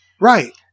Right